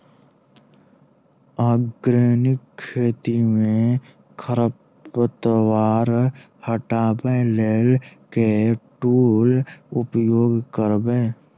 Organic खेती मे खरपतवार हटाबै लेल केँ टूल उपयोग करबै?